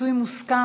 פיצוי מוסכם),